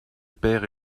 père